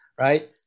right